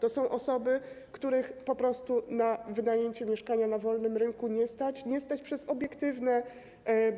To są osoby, których po prostu na wynajęcie mieszkania na wolnym rynku nie stać, nie stać przez obiektywne